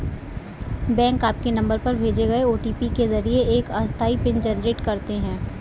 bank आपके number पर भेजे गए ओ.टी.पी के जरिए एक अस्थायी पिन जनरेट करते हैं